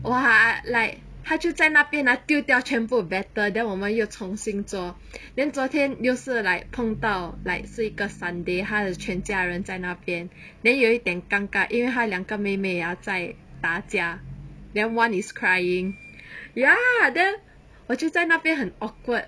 !wah! like 他就在那边 ah 那丢掉全部 butter then 我们又重新做 then 昨天又是 like 碰到 like 是一个 sunday 他的全家人在那边 then 有一点尴尬因为他两个妹妹 ah 在打架 then one is crying ya then 我就在那边很 awkward